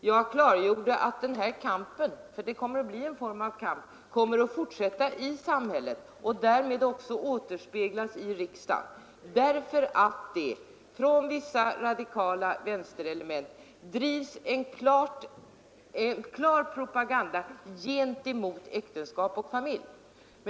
Jag klargjorde att denna kamp, för det kommer att bli en form av kamp, kommer att fortsätta i samhället och därmed också återspeglas i riksdagen — därför att det från vissa radikala vänsterelement drivs en klar propaganda gentemot äktenskap och familj.